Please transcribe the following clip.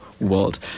world